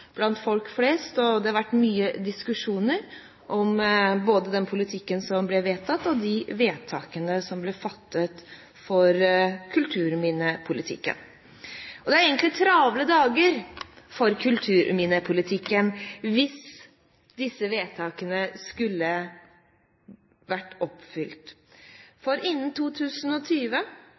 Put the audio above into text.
blant folk flest. Det har vært mange diskusjoner om de vedtakene som ble fattet om kulturminnepolitikken. Det hadde egentlig vært travle dager for kulturminnepolitikken hvis disse vedtakene skulle vært oppfylt, for innen 2020